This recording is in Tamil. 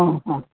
ஆ ஆ